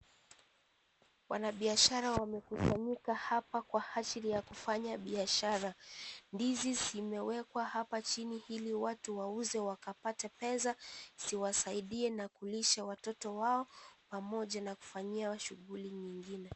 Wanabiashara wamekusanyika hapa kwa ajili ya kufanya biashara. Ndizi zimewekwa hapa chini ili watu wauze wakapate pesa ziwasaidie na kulisha watoto wao pamoja na kuwafanyia shughuli nyingine.